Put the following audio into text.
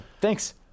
Thanks